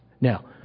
Now